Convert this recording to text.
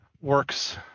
works